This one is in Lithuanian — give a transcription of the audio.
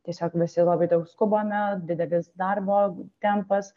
tiesiog visi labai daug skubame didelis darbo tempas